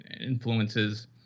influences